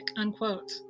unquote